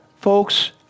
Folks